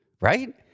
right